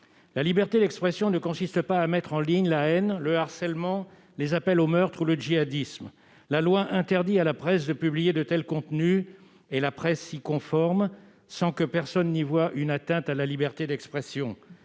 La liberté d'expression ne consiste pas à mettre en ligne la haine, le harcèlement, les appels au meurtre ou le djihadisme. La loi interdit à la presse de publier de tels contenus, et la presse s'y conforme, sans que personne y voie une atteinte à la liberté d'expression.